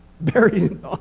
buried